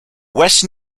west